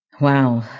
Wow